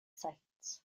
sites